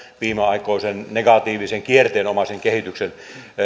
viimeaikaisen negatiivisen kierteen omaisen kehityksen